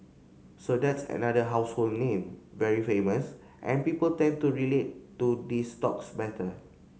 so that's another household name very famous and people tend to relate to these stocks better